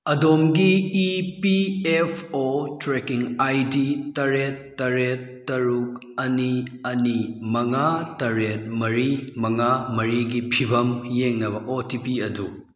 ꯑꯗꯣꯝꯒꯤ E P F O tracking I D ꯇꯔꯦꯠ ꯇꯔꯦꯠ ꯇꯔꯨꯛ ꯑꯅꯤ ꯑꯅꯤ ꯃꯉꯥ ꯇꯔꯦꯠ ꯃꯔꯤ ꯃꯉꯥ ꯃꯔꯤꯒꯤ ꯐꯤꯕꯝ ꯌꯦꯡꯅꯕ ꯑꯣ ꯇꯤ ꯄꯤ ꯑꯗꯨ